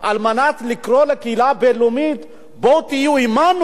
כדי לקרוא לקהילה הבין-לאומית: בואו תהיו עמנו,